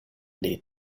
del